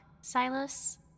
Silas